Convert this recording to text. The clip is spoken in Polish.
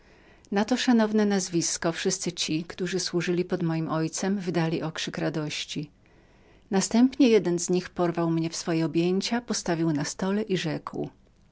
na to szanowne nazwisko wszyscy ci którzy służyli pod moim ojcem wydali okrzyk radości następnie jeden z nich porwał mnie w swoje objęcia postawił na stole i rzekł